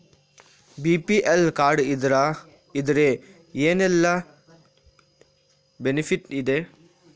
BPL card ಇದ್ರೆ ಏನೆಲ್ಲ benefit ಇದೆ?